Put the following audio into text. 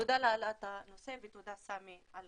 תודה על העלאת הנושא ותודה, סמי.